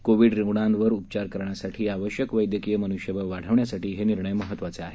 Covid रुग्णांवर उपचार करण्यासाठी आवश्यक वैद्यकीय मन्ष्यबळ वाढवण्यासाठी हे निर्णय महत्वाचे आहेत